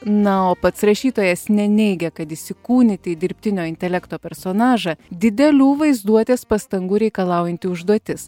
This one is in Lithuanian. na o pats rašytojas neneigia kad įsikūnyti į dirbtinio intelekto personažą didelių vaizduotės pastangų reikalaujanti užduotis